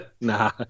Nah